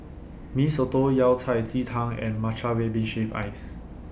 Mee Soto Yao Cai Ji Tang and Matcha Red Bean Shaved Ice